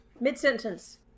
Mid-sentence